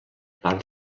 part